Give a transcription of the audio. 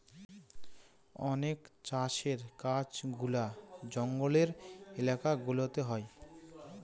অনেক চাষের কাজগুলা জঙ্গলের এলাকা গুলাতে হয়